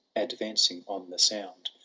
advancing on the sound,